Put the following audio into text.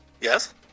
Yes